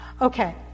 Okay